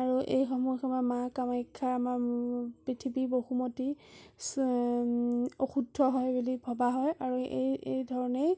আৰু এই সময় সময় মা কামাখ্যা আমাৰ পৃথিৱী বসুমতী চে অশুদ্ধ হয় বুলি ভবা হয় আৰু এই এই ধৰণেই